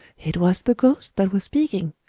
it was the ghost that was speaking!